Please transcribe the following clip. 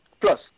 Plus